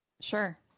Sure